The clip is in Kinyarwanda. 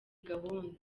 gahunda